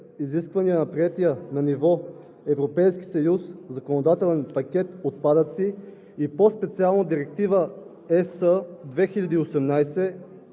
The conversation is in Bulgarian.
изискванията на приетия на ниво Европейски съюз законодателен пакет „Отпадъци“ и по-специално – Директива (ЕС) 2018/851